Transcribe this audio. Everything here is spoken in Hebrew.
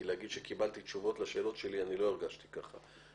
כי להגיד שקיבלתי תשובות לשאלות שלי אני לא הרגשתי כך.